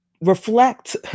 reflect